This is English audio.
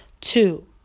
Two